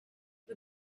the